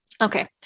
okay